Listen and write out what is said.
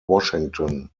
washington